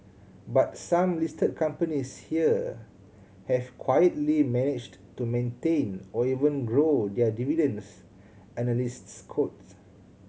but some listed companies here have quietly managed to maintain or even grow their dividends analysts cote